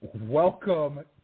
welcome